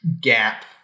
gap